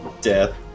death